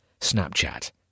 Snapchat